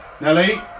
nelly